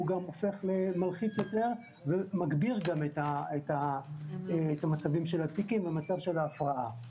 הוא גם מגביר את המצבים של התיקים ומצב של הפרעה.